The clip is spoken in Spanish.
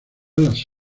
las